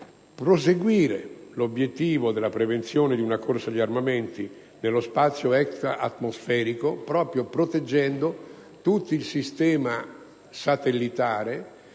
perseguire l'obiettivo della prevenzione di una corsa agli armamenti nello spazio extraatmosferico, proteggendo tutto il sistema satellitare,